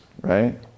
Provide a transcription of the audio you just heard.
right